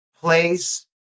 place